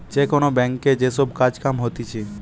যে কোন ব্যাংকে যে সব কাজ কাম হতিছে